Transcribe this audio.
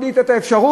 בלי לתת את האפשרות?